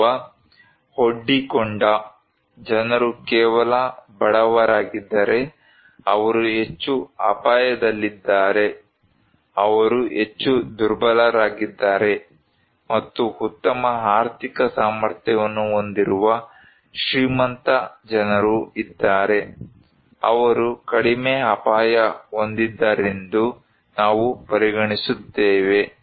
ಅಥವಾ ಒಡ್ಡಿಕೊಂಡ ಜನರು ಕೇವಲ ಬಡವರಾಗಿದ್ದರೆ ಅವರು ಹೆಚ್ಚು ಅಪಾಯದಲ್ಲಿದ್ದಾರೆ ಅವರು ಹೆಚ್ಚು ದುರ್ಬಲರಾಗಿದ್ದಾರೆ ಮತ್ತು ಉತ್ತಮ ಆರ್ಥಿಕ ಸಾಮರ್ಥ್ಯವನ್ನು ಹೊಂದಿರುವ ಶ್ರೀಮಂತ ಜನರು ಇದ್ದರೆ ಅವರು ಕಡಿಮೆ ಅಪಾಯ ಹೊಂದಿದ್ದಾರೆಂದು ನಾವು ಪರಿಗಣಿಸುತ್ತೇವೆ